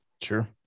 Sure